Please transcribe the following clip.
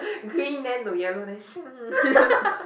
green then to yellow then shoong